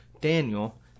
Daniel